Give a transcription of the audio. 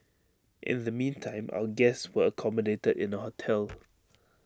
in the meantime our guests were accommodated in A hotel